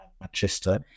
Manchester